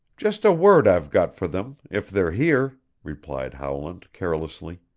just a word i've got for them if they're here, replied howland carelessly.